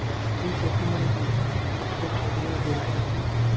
ఈ షర్ట్ మనకి తక్కువ ప్రైజ్లో దొరికింది